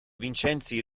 vincenzi